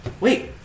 wait